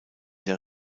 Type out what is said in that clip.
der